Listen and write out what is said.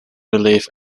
relief